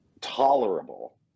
tolerable